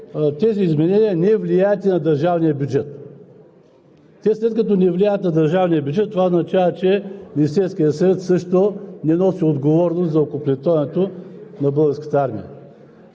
и от тая гледна точка пари за доброволния резерв няма. Още повече и в мотивите така е записано, че тези изменения не влияят и на държавния бюджет.